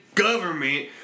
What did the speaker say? government